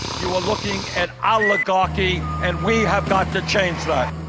you are looking at oligarchy, and we have got to change that.